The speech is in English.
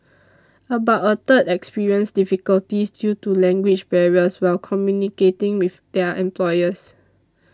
about a third experienced difficulties due to language barriers while communicating with their employers